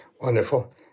Wonderful